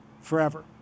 forever